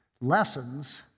lessons